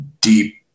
deep